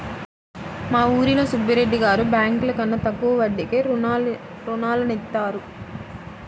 మా ఊరిలో సుబ్బిరెడ్డి గారు బ్యేంకుల కన్నా తక్కువ వడ్డీకే రుణాలనిత్తారు